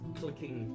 clicking